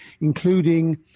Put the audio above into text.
including